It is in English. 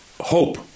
hope